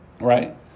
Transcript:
right